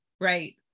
right